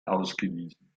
ausgewiesen